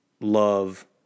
love